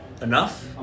enough